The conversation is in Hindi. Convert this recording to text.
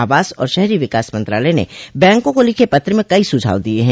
आवास और शहरी विकास मंत्रालय ने बैंकों को लिखे पत्र में कई सुझाव दिये हैं